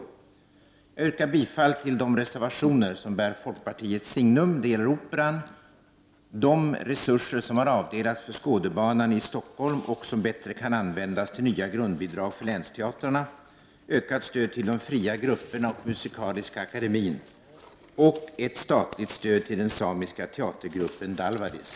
Jag yrkar bifall till de reservationer som bär folkpartiets signum. Det gäller Operan, de resurser som har avdelats för Skådebanan i Stockholm och som bättre kan användas till nya grundbidrag för länsteatrarna, ökat stöd till de fria grupperna och Musikaliska akademien samt ett statligt stöd till den samiska teatergruppen Dalvadis.